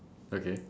okay